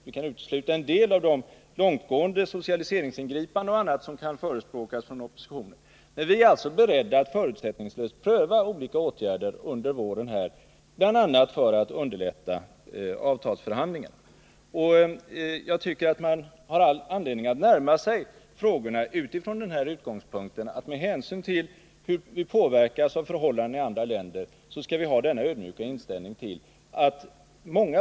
Vi kan utesluta en del av de långtgående socialiseringsingripanden och annat som kan förespråkas från oppositionen, men vi är beredda att förutsättningslöst pröva olika åtgärder under våren, bl.a. för att underlätta avtalsförhandlingarna. Jag tycker att man har anledning att närma sig frågorna från utgångspunkten att vi påverkas av förhållanden i andra länder och det gör att det är berättigat med en ödmjuk inställning.